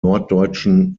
norddeutschen